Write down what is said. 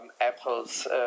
apples